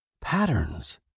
patterns